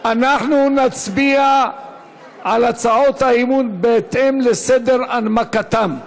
אנחנו נצביע על הצעות האי-אמון בהתאם לסדר הנמקתן.